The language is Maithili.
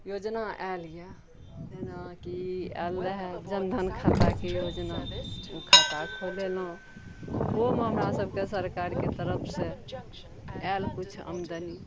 योजना आयल अछि जेनाकि आयल रहए जनधन खाताके योजना ओ खाता खोलेलहुॅं ओहोमे हमरा सबके सरकारके तरफ सऽ आयल किछु आमदनी